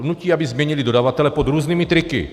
Nutí, aby změnili dodavatele pod různými triky.